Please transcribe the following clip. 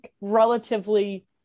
relatively